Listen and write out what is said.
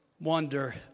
wonder